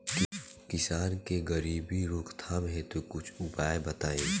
किसान के गरीबी रोकथाम हेतु कुछ उपाय बताई?